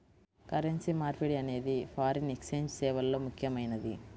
currency మార్పిడి అనేది foreign exchange సేవల్లో ముఖ్యమైనది